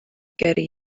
gyrru